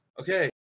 okay